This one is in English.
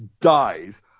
dies